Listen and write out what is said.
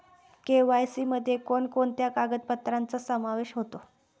KYC मध्ये कोणकोणत्या कागदपत्रांचा समावेश होतो?